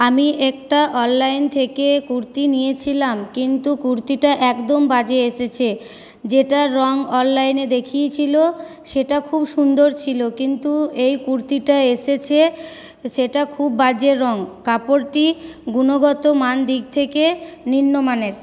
আমি একটা অনলাইন থেকে কুর্তি নিয়েছিলাম কিন্তু কুর্তিটা একদম বাজে এসেছে যেটা রং অনলাইনে দেখিয়েছিল সেটা খুব সুন্দর ছিল কিন্তু এই কুর্তিটা এসেছে সেটা খুব বাজে রং কাপড়টি গুণগত মান দিক থেকে নিম্নমানের